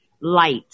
light